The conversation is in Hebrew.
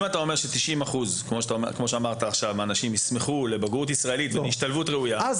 אם 90% מהאנשים ישמחו לבגרות ישראלית ולהשתלבות ראויה זאת,